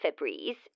Febreze